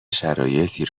شرایطی